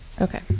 okay